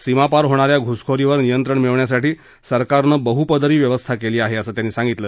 सीमापार होणाऱ्या घुसखोरीवर नियंत्रण मिळवण्यासाठी सरकारनं बहुपदरी व्यवस्था केली आहे असं त्यांनी सांगितलं